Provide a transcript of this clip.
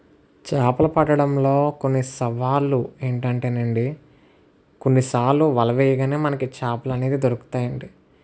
చేపలు పట్టడంలో కొన్ని సవాళ్ళు ఏంటంటేనండి కొన్నిసార్లు వల వేయగానే మనకి చేపలనేవి దొరుకుతాయండి